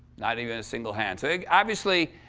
not even a single hand, so obviously,